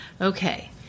Okay